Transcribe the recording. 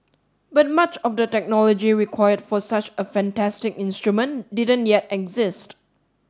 but much of the technology required for such a fantastic instrument didn't yet exist